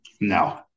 No